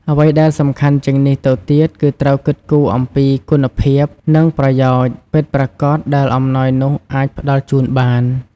អ្វីដែលសំខាន់ជាងនេះទៅទៀត គឺត្រូវគិតគូរអំពី គុណភាព និង ប្រយោជន៍ ពិតប្រាកដដែលអំណោយនោះអាចផ្ដល់ជូនបាន។